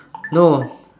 no